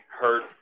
hurt